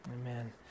amen